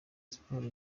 sports